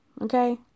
Okay